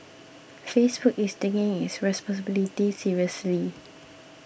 Facebook is taking its responsibility seriously